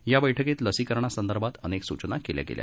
या बठकीत लसीकरणासंदर्भात अनेक सूचना केल्या गेल्या